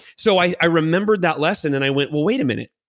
so i remembered that lesson and i went, well, wait a minute.